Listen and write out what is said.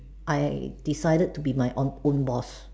I decided to be my an own boss